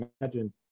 imagine